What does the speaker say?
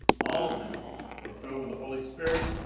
all of them were filled with the holy spirit,